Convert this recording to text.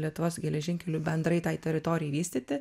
lietuvos geležinkelių bendrai tai teritorijai vystyti